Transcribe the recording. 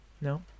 no